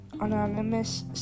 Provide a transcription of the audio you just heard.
anonymous